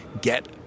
get